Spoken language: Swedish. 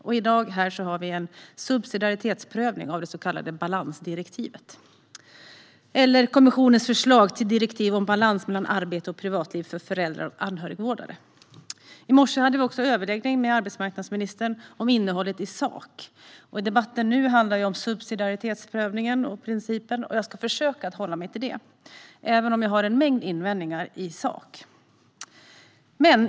I dag har vi en subsidiaritetsprövning av det så kallade balansdirektivet, det vill säga kommissionens förslag till direktiv om balans mellan arbete och privatliv för föräldrar och anhörigvårdare. I morse hade vi en överläggning med arbetsmarknadsministern om innehållet i sak. Debatten nu handlar om principen i subsidiaritetsprövningen, och jag ska försöka hålla mig till den - även om jag har en mängd invändningar i sak.